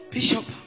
Bishop